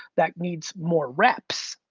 that needs more reps.